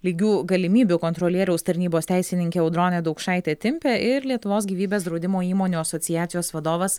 lygių galimybių kontrolieriaus tarnybos teisininkė audronė daukšaitė timpė ir lietuvos gyvybės draudimo įmonių asociacijos vadovas